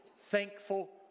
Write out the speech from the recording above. thankful